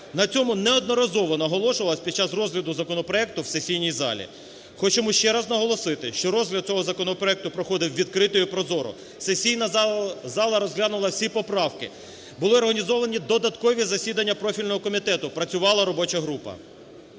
На цьому неодноразово наголошувалось під час розгляду законопроекту в сесійній залі. Хочемо ще раз наголосити, що розгляд цього законопроекту проходив відкрито і прозоро. Сесійна зала розглянула всі поправки, були організовані додаткові засідання профільного комітету, працювала робоча група.